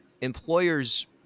employers